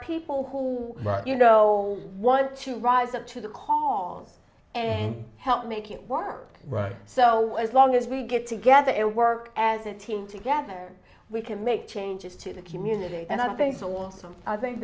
people who want you no one to rise up to the call and help making world right so as long as we get together and work as a team together we can make changes to the community and i think so also i think